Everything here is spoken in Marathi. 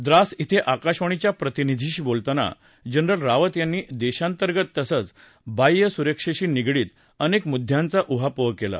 द्रास इथे आकाशवाणीच्या प्रतिनिधीशी बोलताना जनरल रावत यांनी देशातर्गत तसंच बाह्य सुरक्षेशी निगडित अनेक मुद्यांचा उहापोह केला